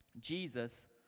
Jesus